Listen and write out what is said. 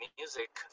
music